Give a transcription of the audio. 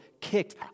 kicked